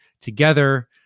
together